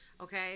okay